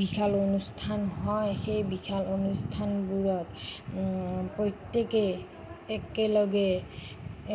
বিশাল অনুষ্ঠান হয় সেই বিশাল অনুষ্ঠানবোৰত প্ৰত্যেকেই একেলগে